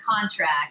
contract